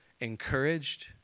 encouraged